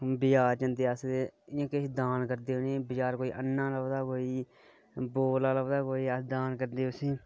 बजार जंदे अस दान करने जियां कोई अ'न्ना लभदा बोला लभदा कोई अस उसी दान करदे